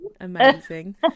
Amazing